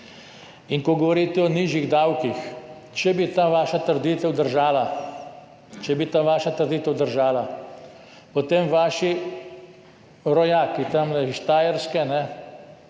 In ko govorite o nižjih davkih. Če bi ta vaša trditev držala, potem vaši rojaki tamle iz